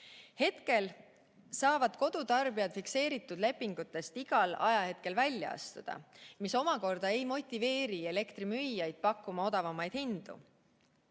Hetkel saavad kodutarbijad fikseeritud lepingutest igal ajahetkel välja astuda. See omakorda ei motiveeri elektrimüüjaid pakkuma odavamaid hindu.